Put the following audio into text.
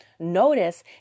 Notice